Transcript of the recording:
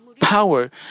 power